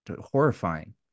horrifying